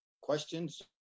questions